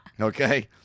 okay